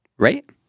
Right